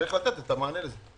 צריך לתת את המענה על זה.